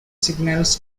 signals